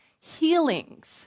healings